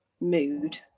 mood